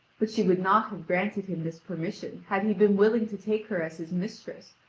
but she would not have granted him this permission had he been willing to take her as his mistress,